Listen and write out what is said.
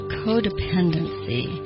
codependency